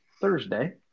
Thursday